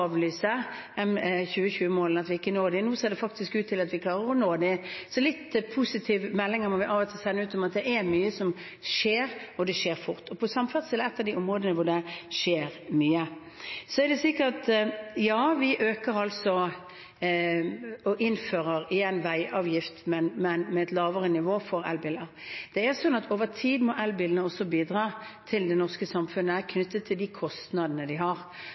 vi ikke når dem, men nå ser det faktisk ut til at vi klarer å nå dem. Så noen positive meldinger må vi av og til sende ut om at det er mye som skjer, og det skjer fort. Samferdsel er et av områdene hvor det skjer mye. Ja, vi øker og innfører igjen veiavgiften, men med et lavere nivå, for elbiler. Over tid må elbilene også bidra til det norske samfunnet knyttet til de kostnadene vi har,